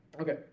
Okay